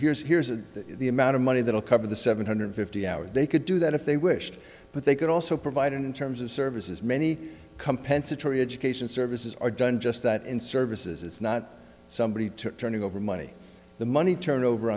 here's here's the amount of money they will cover the seven hundred fifty hours they could do that if they wished but they could also provide in terms of services many compensatory education services are done just that and services it's not somebody turning over money the money turnover